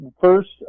First